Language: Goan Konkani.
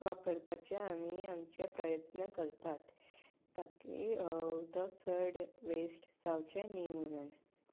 वापरपाचें आमी आमचे प्रयत्न करतात ताकी उदक चड वेस्ट जावचें न्हय म्हणून